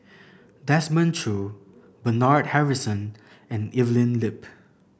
Desmond Choo Bernard Harrison and Evelyn Lip